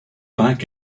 back